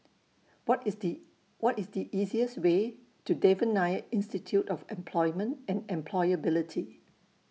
What IS The What IS The easiest Way to Devan Nair Institute of Employment and Employability